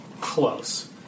close